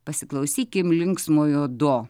pasiklausykim linksmojo do